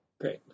Great